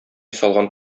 салган